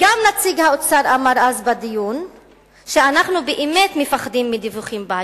גם נציג האוצר אמר אז בדיון שאנחנו באמת מפחדים מדיווחים בעייתיים.